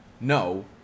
No